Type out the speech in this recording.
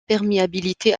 perméabilité